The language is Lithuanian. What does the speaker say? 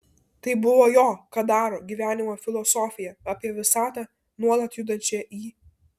tai buvo jo kadaro gyvenimo filosofija apie visatą nuolat judančią į